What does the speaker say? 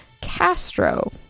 Castro